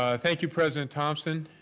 ah thank you, president thomson,